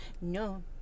No